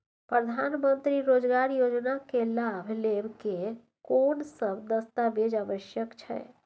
प्रधानमंत्री मंत्री रोजगार योजना के लाभ लेव के कोन सब दस्तावेज आवश्यक छै?